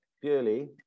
purely